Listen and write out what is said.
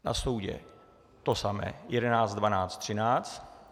Na soudě to samé 11, 12, 13.